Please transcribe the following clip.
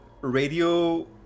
radio